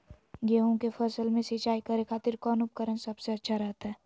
गेहूं के फसल में सिंचाई करे खातिर कौन उपकरण सबसे अच्छा रहतय?